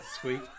Sweet